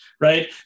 right